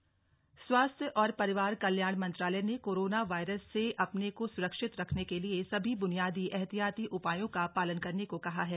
उपाय स्वास्थ्य और परिवार कल्याण मंत्रालय ने कोरोना वायरस से अपने को सुरक्षित रखने के लिए सभी ब्रनियादी एहतियाती उपायों का पालन करने को कहा है